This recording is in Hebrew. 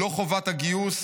לא חובת הגיוס,